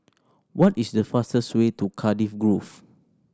what is the fastest way to Cardiff Grove